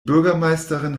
bürgermeisterin